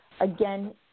again